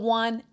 one